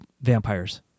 vampires